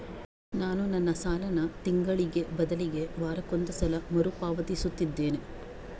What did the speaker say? ನಾನು ನನ್ನ ಸಾಲನ ತಿಂಗಳಿಗೆ ಬದಲಿಗೆ ವಾರಕ್ಕೊಂದು ಸಲ ಮರುಪಾವತಿಸುತ್ತಿದ್ದೇನೆ